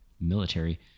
military